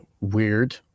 weird